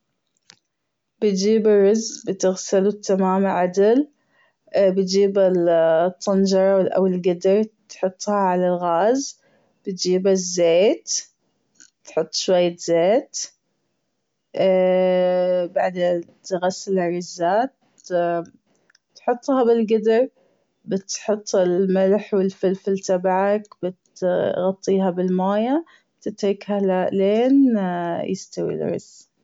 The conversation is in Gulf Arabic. بتجيب الرز بتغسله تمام عدل بتجيب الطنجرة أو الجدر تحطها على الغاز بتجيب الزيت تحط شوية زيت بعدين تغسل الرزات تحطها فى القدر بتحط الملح والفلفل تبعك بتغطيها بالمويه وتتركها لين يستوي الرز.